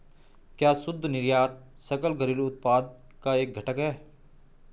क्या शुद्ध निर्यात सकल घरेलू उत्पाद का एक घटक है?